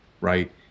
right